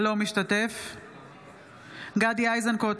אינו משתתף בהצבעה גדי איזנקוט,